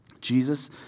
Jesus